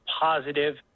positive